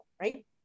right